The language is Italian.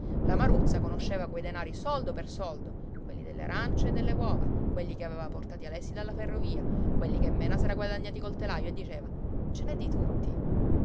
la maruzza conosceva quei denari soldo per soldo quelli delle arancie e delle uova quelli che aveva portati alessi dalla ferrovia quelli che mena s'era guadagnati col telaio e diceva ce n'è di tutti